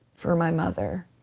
for my mother.